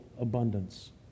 abundance